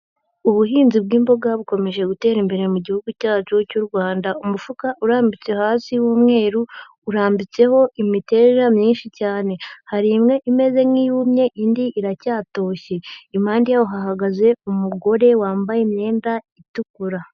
Ubuhinzi bw'imboga bukomeje gutera imbere mu gihugu cyacu cy'u Rwanda. Umufuka urambitse hasi w'umweru, urambitseho imiteja myinshi cyane. Hari imwe imeze nk'iyumye, indi iracyatoshye. Impande yaho hahagaze umugore wambaye imyenda itukura.